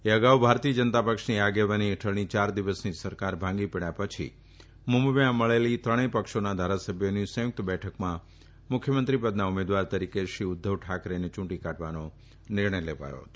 એ અગાઉ ભારતીય જનતા પક્ષની આગેવાની હેઠળની ચાર દિવસની સરકાર ભાંગી પડયા પછી મુંબઇમાં મળેલી ત્રણેય પક્ષોના ધારાસભ્યોની સંયુકત બેઠકમાં મુખ્યમંત્રી પદના ઉમેદવાર તરીકે શ્રી ઉધ્ધવ ઠાકરેને યુંટી કાઢવાનો નિર્ણય લેવાયો હતો